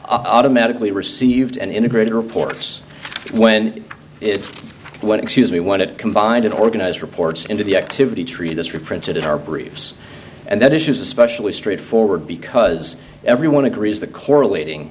automatically received and integrated reports when it's one excuse me one it combined in organized reports into the activity tree that's reprinted in our briefs and that issues especially straightforward because everyone agrees the correlating